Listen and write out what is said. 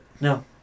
No